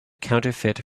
counterfeit